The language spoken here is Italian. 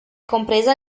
compresa